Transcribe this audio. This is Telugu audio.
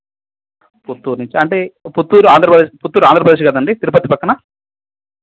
పుత్తూర్ నుంచి అంటే పుత్తూర్ ఆంధ్రప్రదేశ్ పుత్తూర్ ఆంధ్రప్రదేశ్ కదండీ తిరుపతి పక్కన